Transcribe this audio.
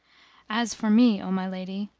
as for me, o my lady,